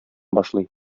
башлый